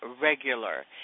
regular